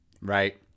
right